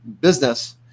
business